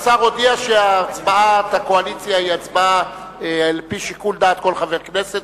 השר הודיע שהצבעת הקואליציה היא הצבעה על-פי שיקול דעת כל חבר כנסת.